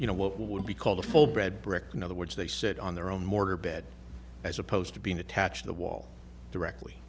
you know what would be called a full bred brick in other words they sit on their own mortar bed as opposed to being attached the wall directly